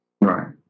Right